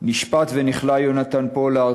שנשפט ונכלא יונתן פולארד,